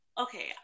okay